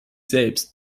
selbst